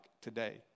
today